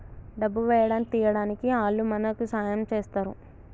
డబ్బు వేయడానికి తీయడానికి ఆల్లు మనకి సాయం చేస్తరు